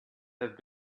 have